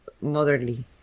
motherly